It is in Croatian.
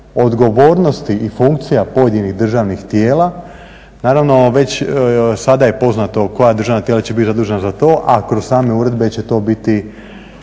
odgovornosti i funkcija pojedinih državnih tijela. Naravno već sada je poznato kaj državna tijela će biti zadužena za to, a kroz same uredbe će to biti